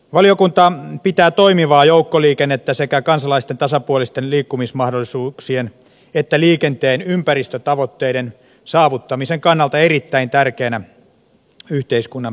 valiokunta pitää toimivaa joukkoliikennettä sekä kansalaisten tasapuolisten liikkumismahdollisuuksien että liikenteen ympäristötavoitteiden saavuttamisen kannalta erittäin tärkeänä yhteiskunnan peruspalveluna